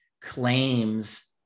claims